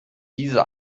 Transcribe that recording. diese